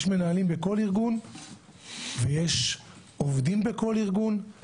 יש מנהלים בכל ארגון ויש עובדים בכל ארגון,